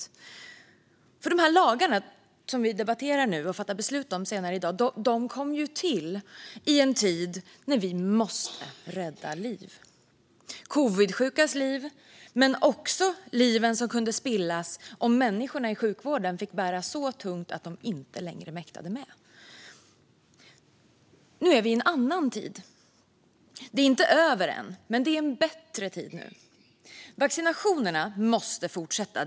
De lagar som vi nu debatterar och fattar beslut om senare i dag kom till i en tid då vi måste rädda liv. Det handlade om covidsjukas liv men också liven som kunde spillas om människorna i sjukvården fick bära så tungt att de inte längre mäktade med. Nu är vi i en annan tid. Det är inte över än, men det är en bättre tid nu. Vaccinationerna måste fortsätta.